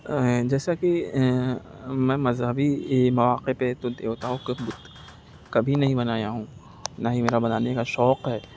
جیسا کہ میں مذہبی مواقع پہ تو دیوتاؤں کے بت کبھی نہیں بنایا ہوں نہ ہی میرا بنانے کا شوق ہے